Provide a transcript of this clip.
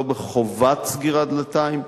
לא בחובת סגירת דלתיים.